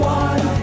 one